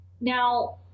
Now